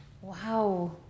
Wow